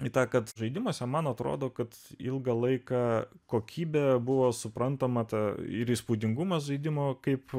mitą kad žaidimuose man atrodo kad ilgą laiką kokybė buvo suprantama tą ir įspūdingumas žaidimo kaip